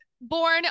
born